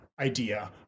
idea